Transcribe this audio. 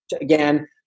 again